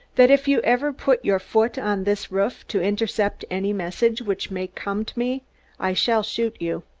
that if you ever put your foot on this roof to intercept any message which may come to me i shall shoot you.